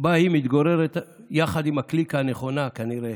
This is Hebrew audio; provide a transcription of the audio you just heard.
שבה היא מתגוררת יחד עם הקליקה הנכונה, כנראה,